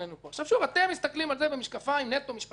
אתם מסתכלים על זה במשקפיים נטו משפטיות,